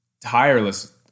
tireless